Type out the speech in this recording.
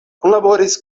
kunlaboris